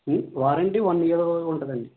warranty one year ఉంటుంది అండి